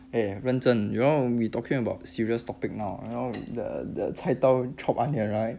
eh 认真 you know we talking about serious topic mah you know the the 菜刀 chop onion right